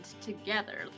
together